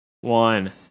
one